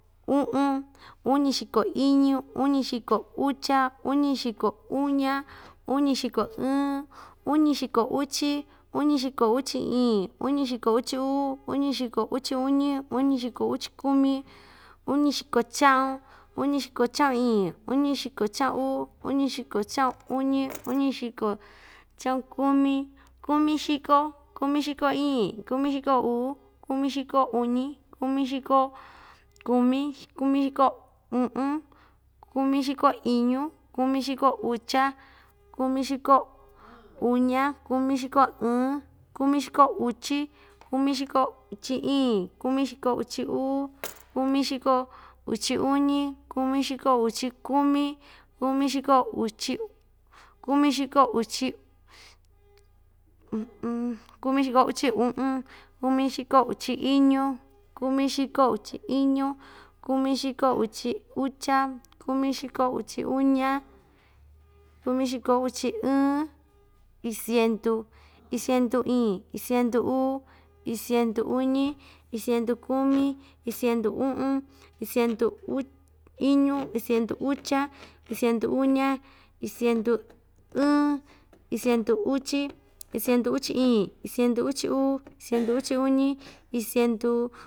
Uꞌun, uñixiko iñu, uñixiko ucha, uñixiko uña, uñixiko ɨɨn, uñixoko uchi, uñixoko uchi iin uñixiko uchi uu, uñixiko uchi uñi, unixiko uchi kumi, uñixiko chaꞌun, uñixiko chaꞌun iin, uñixiko chaꞌun uu, uñixiko chaꞌun uñi, uñixiko chaꞌun kumi, kumixiko, kumixiko iin, kumixiko uu, kumixiko uñi, kumixiko kumi, kumixiko uꞌun, kumixiko iñu, kumixiko ucha, kumixiko uña, kumixiko ɨɨn, kumixiko uchi, kumixiko uchi iin, kumixiko uchi uu, kumixiko uchi uñi, kumixiko uchi kumi, kumixiko uchi, kumixiko uchi uꞌun, kumixiko uchi uꞌun, kumixiko uchi iñu, kumixiko uchi iñu, kumixiko uchi ucha, kumixiko uchi uña, kumixiko uchi ɨɨn, iin cientu, iin cientu iin, iin cientu uu, iin cientu uñi, iin cientu kumi, iin cientu uꞌun, iin cientu uch. iñu, iin cientu ucha, iin cientu uña, iin cientu ɨɨn, iin cientu uchi, iin cientu uchi iin, iin cientu uchi uu, iin cientu uchi uñi, iin cientu.